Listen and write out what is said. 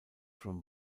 from